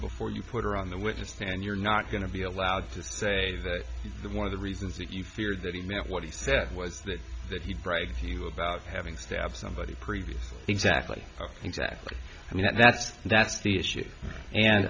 before you put her on the witness stand you're not going to be allowed to say that one of the reasons that you fear that he meant what he said was that if you write you about having stab somebody previous exactly exactly i mean that's that's the issue and